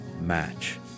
match